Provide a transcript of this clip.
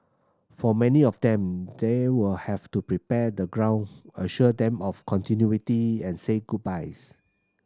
for many of them they will have to prepare the ground assure them of continuity and say goodbyes